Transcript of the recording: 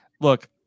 Look